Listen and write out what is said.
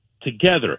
together